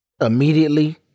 immediately